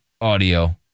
audio